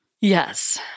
Yes